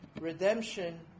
Redemption